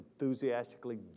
enthusiastically